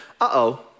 uh-oh